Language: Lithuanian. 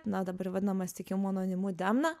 na dabar vadinamas tikimononimu demna